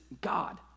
God